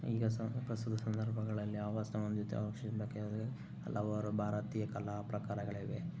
ಈಗ ಸ ಪ್ರಸ್ತುತ ಸಂದರ್ಭಗಳಲ್ಲಿ ಅವಸಾನ ಹೊಂದಿದ ಹಲವಾರು ಭಾರತೀಯ ಕಲಾ ಪ್ರಕಾರಗಳಿವೆ